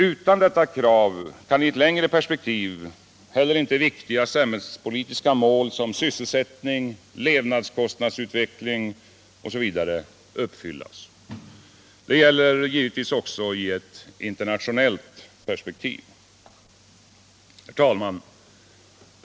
Utan detta krav kan i ett längre perspektiv heller inte viktiga samhällspolitiska mål som sysselsättning, levnadskostnadsutveckling m.m. uppfyllas. Detta gäller givetvis också i ett internationellt perspektiv. Herr talman!